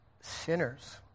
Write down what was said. sinners